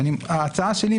וההצעה שלי,